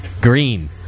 Green